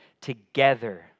together